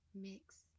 Mix